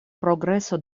progreso